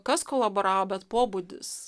kas kolaboravo bet pobūdis